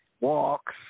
walks